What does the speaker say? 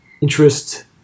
interest